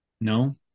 No